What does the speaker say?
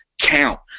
count